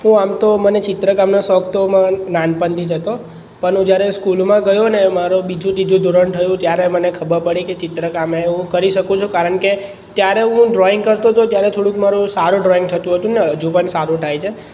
હુ આમ તો મને ચિત્રકામનો શોખ તો નાનપણથી જ હતો પણ હું જ્યારે સ્કૂલમાં ગયો અને મારું બીજુ ત્રીજુ ધોરણ થયું ત્યારે મને ખબર પડી કે ચિત્રકામ એ હું કરી શકું છું કારણકે ત્યારે હું ડ્રોઈંગ કરતો હતો ત્યારે થોડુંક મારું સારું ડ્રોઈંગ થતું હતું ને હજુ પણ સારું થાય છે